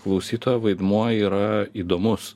klausytojo vaidmuo yra įdomus